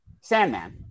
Sandman